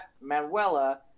Manuela